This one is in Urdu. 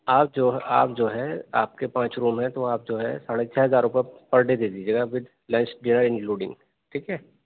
آپ جو ہے آپ جو ہے آپ کے پانچ روم ہیں جو تو آپ جو ہے ساڑھے چھ ہزار روپے پر ڈے دیجیے گا ود لنچ ڈنر انکلوڈنگ ٹھیک ہے